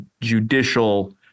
judicial